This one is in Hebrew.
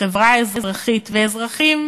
נציגי החברה האזרחית ואזרחים